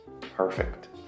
perfect